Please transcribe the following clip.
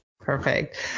Perfect